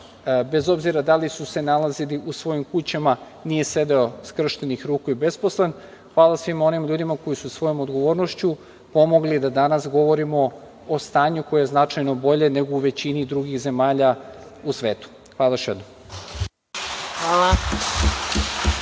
bez obzira da li su se nalazili u svojim kućama, nije sedeo skrštenih ruku i besposlen. Hvala svim onim ljudima koji su svojom odgovornošću pomogli da danas govorimo o stanju koje je značajno bolje nego u većini drugih zemalja u svetu. Hvala još jednom.